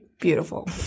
beautiful